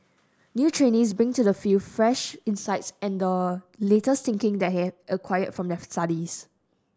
new trainees bring to the field fresh insights and the latest thinking they have acquired from their studies